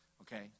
okay